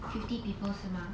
fifty people 是吗